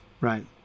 right